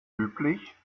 üblich